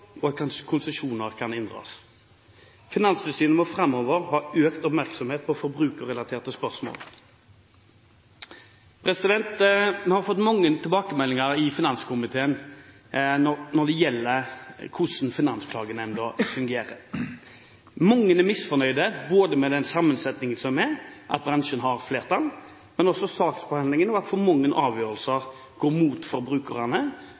og ved at konsesjoner kan inndras. Finanstilsynet må framover ha økt oppmerksomhet på forbrukerrelaterte spørsmål. Vi har fått mange tilbakemeldinger i finanskomiteen når det gjelder hvordan Finansklagenemnda fungerer. Mange er misfornøyd med den sammensetningen som er – at bransjen har flertall – men også med saksbehandlingen og med at for mange avgjørelser går mot forbrukerne,